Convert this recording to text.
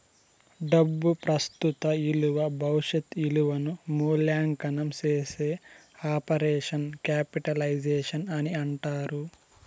డబ్బు ప్రస్తుత ఇలువ భవిష్యత్ ఇలువను మూల్యాంకనం చేసే ఆపరేషన్ క్యాపిటలైజేషన్ అని అంటారు